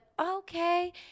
Okay